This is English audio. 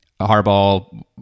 Harbaugh